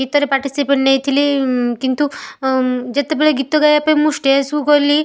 ଗୀତରେ ପାର୍ଟିସିପେଟ୍ ନେଇଥିଲି କିନ୍ତୁ ଯେତେବେଳେ ଗୀତ ଗାଇବା ପାଇଁ ମୁଁ ଷ୍ଟେଜ୍କୁ ଗଲି